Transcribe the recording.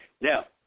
Now